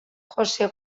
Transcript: jose